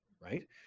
right